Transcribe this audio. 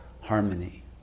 harmony